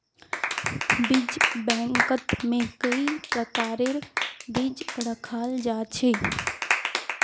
बीज बैंकत में कई प्रकारेर बीज रखाल जा छे